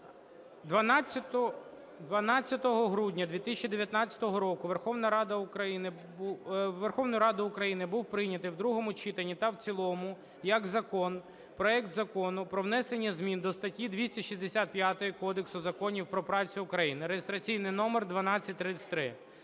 12 грудня 2019 року у Верховній Раді України був прийнятий в другому читанні та в цілому як закон проект Закону про внесення змін до статті 265 Кодексу законів про працю України (реєстраційний номер 1233).